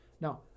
Now